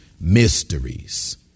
mysteries